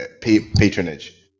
patronage